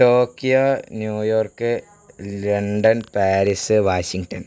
Tokyo New York London Paris Washington